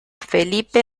felipe